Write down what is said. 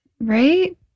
Right